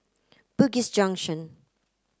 Bugis Junction